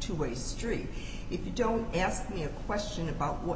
two way street if you don't ask me a question about what